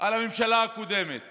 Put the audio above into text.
על הממשלה הקודמת